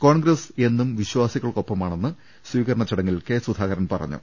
കോൺഗ്രസ് എന്നും വിശ്വാ സികൾക്കൊപ്പമാണെന്ന് സ്വീകരണ ചടങ്ങിൽ കെ സുധാകരൻ പറഞ്ഞു